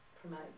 promote